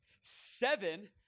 seven